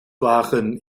waren